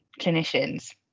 clinicians